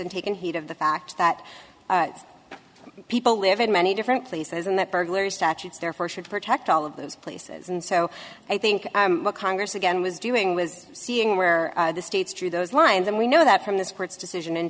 and taken heed of the fact that people live in many different places and that burglary statutes therefore should protect all of those places and so i think what congress again was doing was seeing where the states through those lines and we know that from this court's decision